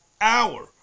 hour